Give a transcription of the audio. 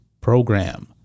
program